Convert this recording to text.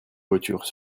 voitures